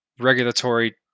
regulatory